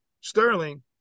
Sterling